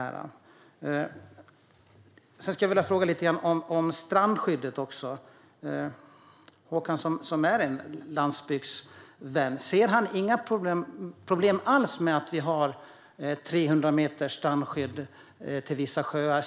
Jag skulle vilja ställa frågor om strandskyddet. Håkan är en landsbygdsvän. Ser han inga problem alls med att det finns 300 meter strandskydd för vissa sjöar?